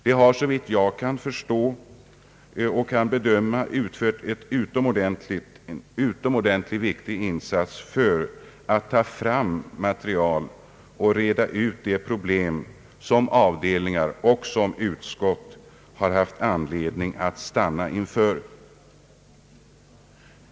De har, såvitt jag kan förstå och bedöma, gjort en utomordentligt viktig insats för att ta fram material och reda ut de problem som avdelningar och utskott haft anledning att stanna inför.